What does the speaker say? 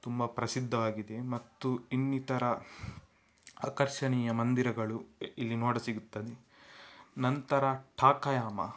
ತುಂಬ ಪ್ರಸಿದ್ಧವಾಗಿದೆ ಮತ್ತು ಇನ್ನಿತರ ಆಕರ್ಷಣೀಯ ಮಂದಿರಗಳು ಇಲ್ಲಿ ನೋಡಸಿಗುತ್ತದೆ ನಂತರ ಠಾಕಯಾಮ